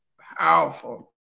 Powerful